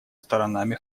сторонами